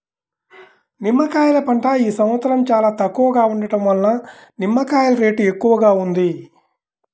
నిమ్మకాయల పంట ఈ సంవత్సరం చాలా తక్కువగా ఉండటం వలన నిమ్మకాయల రేటు ఎక్కువగా ఉంది